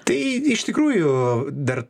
tai iš tikrųjų dar